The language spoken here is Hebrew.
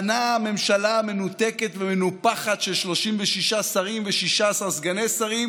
בנה ממשלה מנותקת ומנופחת של 36 שרים ו-16 סגני שרים